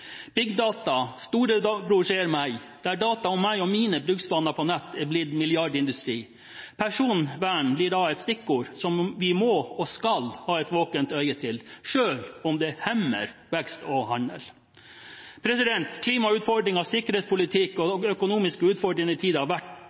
meg – der data om meg og mine bruksvaner på nett er blitt milliardindustri. Personvern blir da et stikkord som vi må og skal ha et våkent øye på, selv om det hemmer vekst og handel. Klimautfordringer, sikkerhetspolitikk og økonomisk utfordrende tider har vært